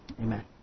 Amen